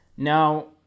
Now